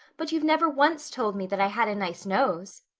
but you've never once told me that i had a nice nose.